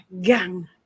Gang